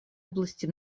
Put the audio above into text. области